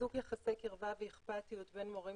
חיזוק יחסי קרבה ואכפתיות בין מורים